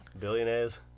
billionaires